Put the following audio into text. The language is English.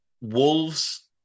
Wolves